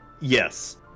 Yes